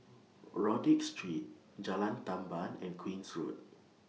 Rodyk Street Jalan Tamban and Queen's Road